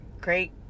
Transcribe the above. great